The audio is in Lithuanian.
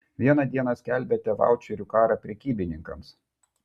vieną dieną skelbiate vaučerių karą prekybininkams